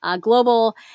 Global